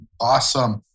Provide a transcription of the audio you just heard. Awesome